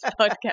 podcast